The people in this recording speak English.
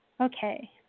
Okay